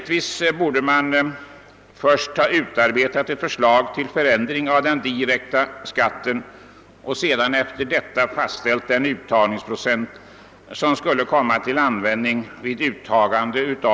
Regeringen borde rimligtvis först ha utarbetat ett förslag till förändring av den direkta skatten och sedan fastställt den uttagsprocent som skulle gälla för mervärdeskatten.